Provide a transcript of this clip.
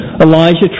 Elijah